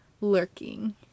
lurking